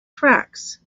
tracts